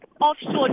offshore